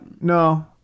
No